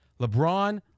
LeBron